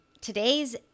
today's